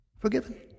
Forgiven